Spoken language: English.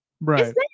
right